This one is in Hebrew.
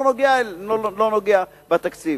לא נוגעת בו.